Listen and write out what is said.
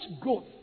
growth